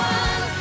one